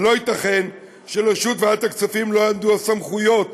ולא ייתכן שלרשות ועדת הכספים לא יועמדו הסמכויות